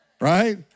Right